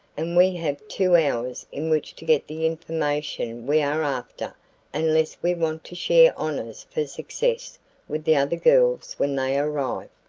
and we have two hours in which to get the information we are after unless we want to share honors for success with the other girls when they arrive.